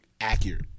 accurate